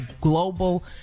Global